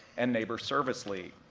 and nabors service league.